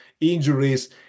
injuries